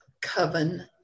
coven